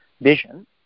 vision